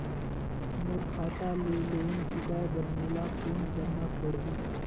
मोर खाता ले लोन चुकाय बर मोला कौन करना पड़ही?